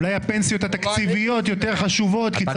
אולי הפנסיות התקציביות יותר חשובות כי צריך לרצות את גנץ.